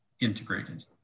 integrated